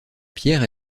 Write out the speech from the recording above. pierre